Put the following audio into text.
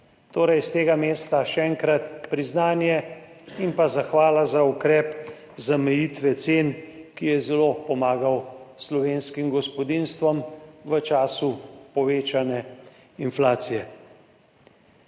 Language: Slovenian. Torej, s tega mesta še enkrat priznanje in zahvala za ukrep zamejitve cen, ki je zelo pomagal slovenskim gospodinjstvom v času povečane inflacije.